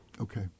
Okay